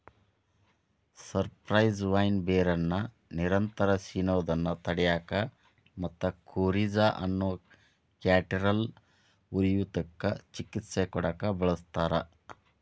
cypress vine ಬೇರನ್ನ ನಿರಂತರ ಸಿನೋದನ್ನ ತಡ್ಯಾಕ ಮತ್ತ ಕೋರಿಜಾ ಅನ್ನೋ ಕ್ಯಾಟರಾಲ್ ಉರಿಯೂತಕ್ಕ ಚಿಕಿತ್ಸೆ ಕೊಡಾಕ ಬಳಸ್ತಾರ